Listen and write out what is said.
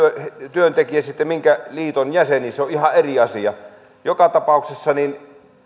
työntekijä minkä liiton jäsen on ihan eri asia joka tapauksessa